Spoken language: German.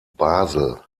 basel